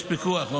יש פיקוח.